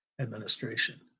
administration